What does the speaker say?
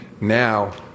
now